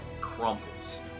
crumbles